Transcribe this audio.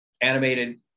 animated